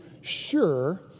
sure